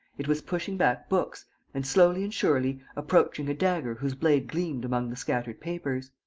it was pushing back books and, slowly and surely, approaching a dagger whose blade gleamed among the scattered papers.